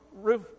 roof